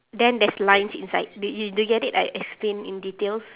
then there's lines inside did you did you get it I explain in details